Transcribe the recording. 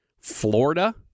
Florida